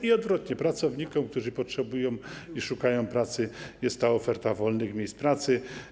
I odwrotnie: dla pracowników, którzy potrzebują i szukają pracy, jest oferta wolnych miejsc pracy.